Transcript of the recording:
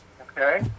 okay